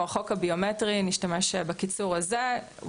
או החוק הביומטרי נשתמש בקיצור הזה הוא